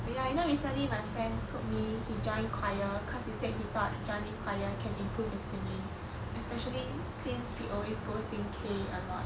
oh ya you know recently my friend told me he join choir because he said he thought joining choir can improve his singing especially since he always go sing K a lot